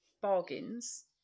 bargains